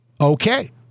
Okay